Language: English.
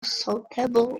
suitable